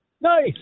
Nice